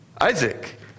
Isaac